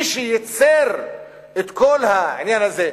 מי שייצר את כל העניין הזה,